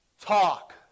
Talk